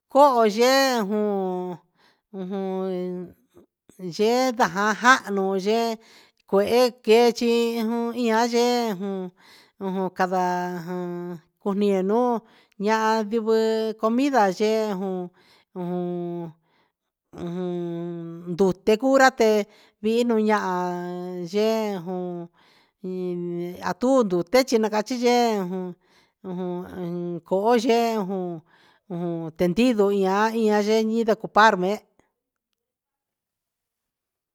Koo yee jun, ujun yee najan jano'o koo yee kué ke'e chi un ihá yee jun ujun kada'a njan konié no'o, ña'a yevee comida yee jun jun ujun ndute cura té vinoña'a no yee jun iin atun ndute chi ña ka chiyee, ujun ujun koo yee ujun ujun tendido ya'á ihan tenñindo kopa'a me'e.